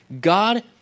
God